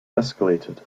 escalated